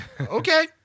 Okay